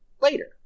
later